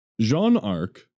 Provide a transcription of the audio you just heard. Jean-Arc